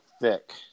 thick